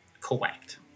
Correct